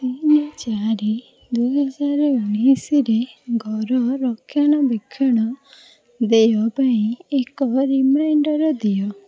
ତିନି ଚାରି ଦୁଇ ହଜାର ଉଣେଇଶରେ ଘର ରକ୍ଷଣା ବେକ୍ଷଣ ଦେୟ ପାଇଁ ଏକ ରିମାଇଣ୍ଡର୍ ଦିଅ